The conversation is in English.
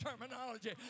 terminology